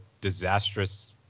disastrous